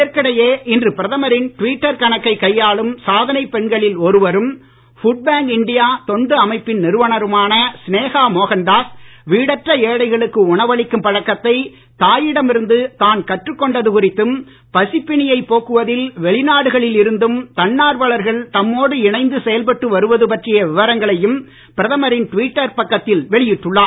இதற்கிடையே இன்று பிரதமரின் ட்விட்டர் கணக்கை கையாளும் சாதனை பெண்களின் ஒருவரும் ஃபுட் பேங்க் இண்டியா தொண்டு அமைப்பின் நிறுவனருமான சினேகா மோகன்தாஸ் வீடற்ற ஏழைகளுக்கு உணவளிக்கும் பழக்கத்தை தாயிடம் இருந்து தான் கற்று கொண்டது குறித்தும் பசிப் பிணியை போக்குவதில் வெளிநாடுகளில் இருந்தும் தன்னார்வலர்கள் தம்மோடு இணைந்து செயல்பட்டு வருவது பற்றிய விவரங்களையும் பிரதமரின் ட்விட்டர் பக்கத்தில் வெளியிட்டுள்ளார்